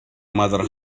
mother